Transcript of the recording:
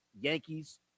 Yankees